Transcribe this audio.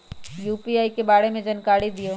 UPI के बारे में जानकारी दियौ?